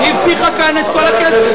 היא הבטיחה כאן את כל הכסף.